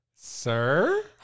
Sir